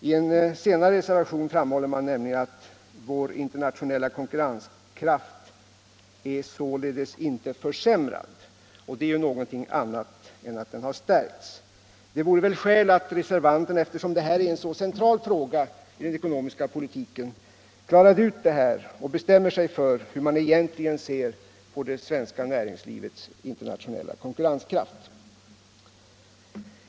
I en senare reservation, nr 13 A, säger de nämligen: ” Vår internationella konkurrenskraft är således inte försämrad.” Det är ju någonting annat än att den har stärkts. Det vore väl skäl att reservanterna, eftersom detta är en så central fråga i den ekonomiska politiken, bestämde sig för hur man egentligen vill se på det svenska näringslivets konkurrenskraft.